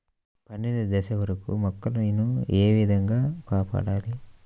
పండిన దశ వరకు మొక్కల ను ఏ విధంగా కాపాడాలి?